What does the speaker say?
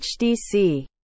HDC